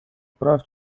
прав